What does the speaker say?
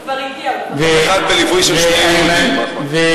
הוא כבר הגיע, רק בליווי של שני יהודים, אחמד.